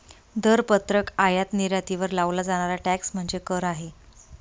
दरपत्रक आयात निर्यातीवर लावला जाणारा टॅक्स म्हणजे कर आहे